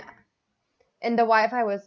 and the wifi was